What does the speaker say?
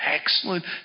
excellent